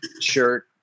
shirt